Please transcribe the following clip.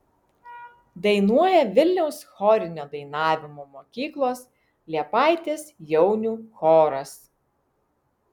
dainuoja vilniaus chorinio dainavimo mokyklos liepaitės jaunių choras